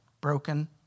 broken